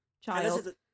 child